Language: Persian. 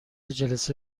جلسه